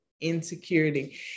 insecurity